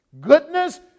Goodness